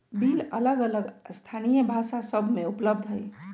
bill अलग अलग स्थानीय भाषा सभ में उपलब्ध हइ